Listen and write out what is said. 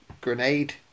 grenade